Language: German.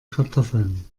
kartoffeln